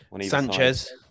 Sanchez